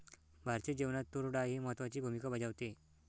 भारतीय जेवणात तूर डाळ ही महत्त्वाची भूमिका बजावते